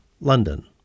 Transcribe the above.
London